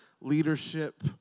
leadership